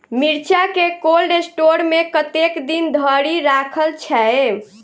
मिर्चा केँ cold store मे कतेक दिन धरि राखल छैय?